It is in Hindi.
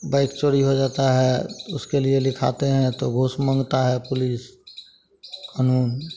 बाइक चोरी हो जाता है उसके लिए लिखाते हैं तो घूस मँगता है पुलिस कानून